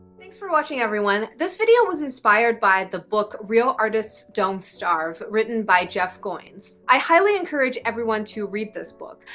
thanks for watching everyone! this video was inspired by the book real artist don't starve written by jeff goins. i highly encourage everyone to read this book.